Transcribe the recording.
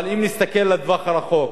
אבל אם נסתכל לטווח הרחוק,